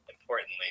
importantly